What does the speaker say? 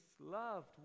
loved